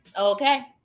okay